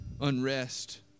unrest